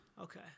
Okay